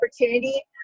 opportunity